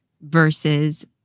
versus